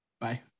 Bye